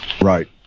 Right